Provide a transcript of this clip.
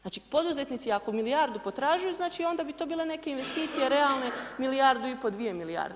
Znači poduzetnici ako milijardu potražuju, znači onda bi to bila neka investicija realne milijardu i pol, 2 milijarde.